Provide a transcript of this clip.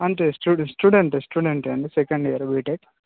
అంటే స్టూడెంట్ స్టూడెంటే అండి సెకండ్ ఇయర్ బీటెక్